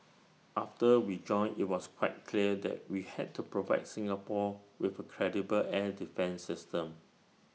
after we joined IT was quite clear that we had to provide Singapore with A credible air defence system